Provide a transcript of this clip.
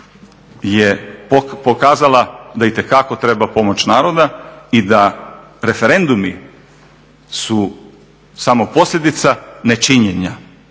je pokazala da itekako treba pomoć naroda i da referendumi su samo posljedica nečinjenja.